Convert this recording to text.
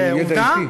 זה מידע אישי?